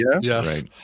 Yes